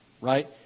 right